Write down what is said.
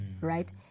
Right